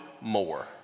more